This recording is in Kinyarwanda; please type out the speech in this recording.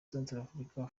centrafrique